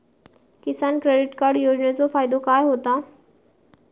किसान credit card योजनेचो फायदो काय होता?